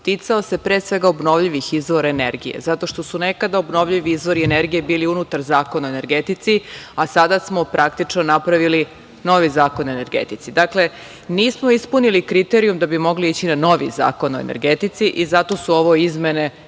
ticao se pre svega obnovljivih izvora energije, zato što su nekada obnovljivi izvori energije bili unutar Zakona o energetici, a sada smo praktično napravili novi Zakon o energetici. Dakle, nismo ispunili kriterijum da bi mogli ići na novi zakon o energetici i zato su ovo izmene